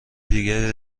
دیگری